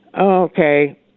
okay